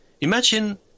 Imagine